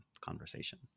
conversation